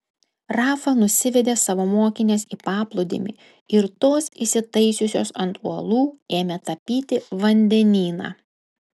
rafa nusivedė savo mokines į paplūdimį ir tos įsitaisiusios ant uolų ėmė tapyti vandenyną